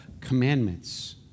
commandments